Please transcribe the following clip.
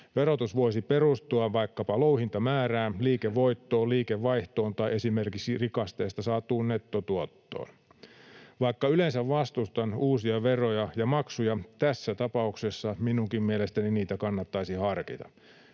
Verotus voisi perustua vaikkapa louhintamäärään, liikevoittoon, liikevaihtoon tai esimerkiksi rikasteesta saatuun nettotuottoon. Vaikka yleensä vastustan uusia veroja ja maksuja, tässä tapauksessa minunkin mielestäni niitä kannattaisi harkita.